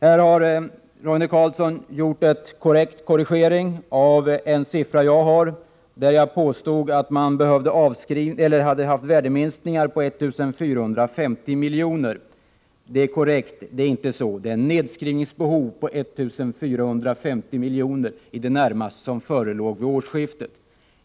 Här har Roine Carlsson helt korrekt gjort en korrigering av en siffra som jag har uppgivit. Jag påstod att man hade haft värdeminskningar på 1 450 miljoner. Det är inte så; det förelåg ett nedskrivningsbehov på i det närmaste 1450 miljoner vid årsskiftet.